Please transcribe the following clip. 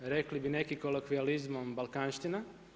Rekli bi neki kolokvijalizmom balkanština.